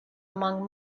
among